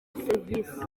serivisi